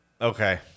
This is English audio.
Okay